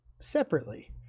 separately